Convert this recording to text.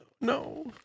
No